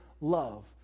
love